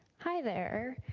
hi there.